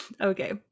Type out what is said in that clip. Okay